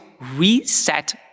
reset